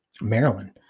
Maryland